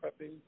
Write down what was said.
prepping